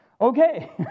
Okay